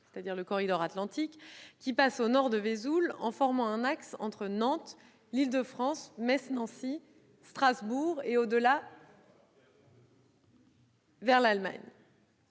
c'est-à-dire le corridor atlantique, qui passe au nord de Vesoul en formant un axe entre Nantes, l'Île-de-France, Metz, Nancy, Strasbourg et s'étendant au-delà, vers l'Allemagne.